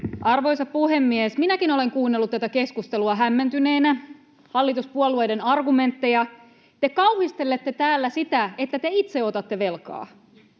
Arvoisa puhemies! Minäkin olen kuunnellut tätä keskustelua hämmentyneenä, hallituspuolueiden argumentteja. Te kauhistelette täällä sitä, että te itse otatte velkaa.